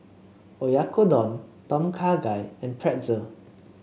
Oyakodon Tom Kha Gai and Pretzel